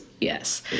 Yes